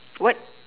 what